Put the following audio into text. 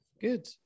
Good